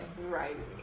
rising